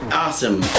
awesome